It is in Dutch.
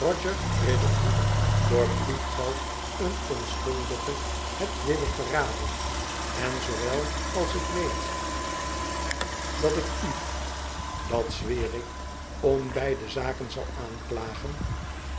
roger riderhood voor bloedgeld een onschuldige hebt willen verraden en zoowel als ik weet dat ik u en dat zweer ik om beide zaken zal aanklagen